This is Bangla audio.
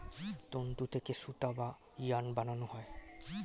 তন্তু থেকে সুতা বা ইয়ার্ন বানানো হয়